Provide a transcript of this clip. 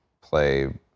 play